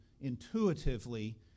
intuitively